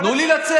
תנו לי לצאת.